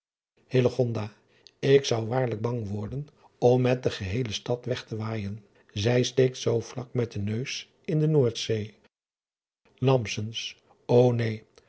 k zou waarlijk bang worden om met de geheele stad weg te waaijen ij steekt zoo vlak met den neus in de oordzee o een